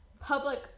public